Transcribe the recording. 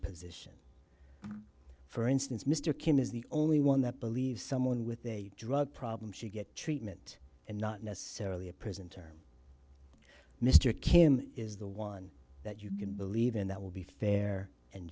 position for instance mr kim is the only one that believes someone with a drug problem she get treatment and not necessarily a prison term mr kim is the one that you can believe in that will be fair and